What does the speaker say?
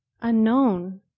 unknown